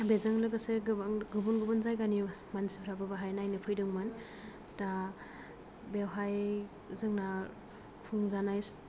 बेजों लोगोसे गोबां गुबुन गुबुन जायगानि मानसिफ्राबो बेहाय नायनो फैदोंमोन दा बेवहाय जोंना खुंजानाय